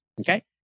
Okay